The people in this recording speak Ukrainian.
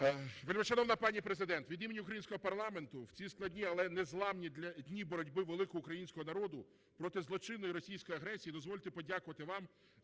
Вельмишановна пані Президент, від імені українського парламенту в ці складні, але незламні дні боротьби великого українського народу проти злочинної російської агресії дозвольте подякувати вам